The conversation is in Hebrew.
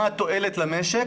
מה התועלת למשק